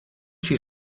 she